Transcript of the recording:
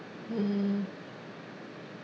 mm